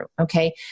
Okay